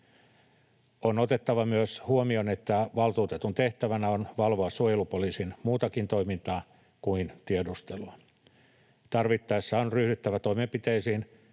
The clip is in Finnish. On otettava huomioon myös, että valtuutetun tehtävänä on valvoa muutakin suojelupoliisin toimintaa kuin tiedustelua. Tarvittaessa on ryhdyttävä toimenpiteisiin